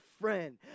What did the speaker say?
friend